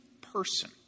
person